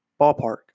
ballpark